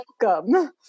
welcome